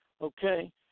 okay